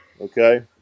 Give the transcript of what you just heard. Okay